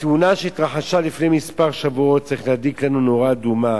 התאונה שהתרחשה לפני כמה שבועות צריכה להדליק לנו נורה אדומה.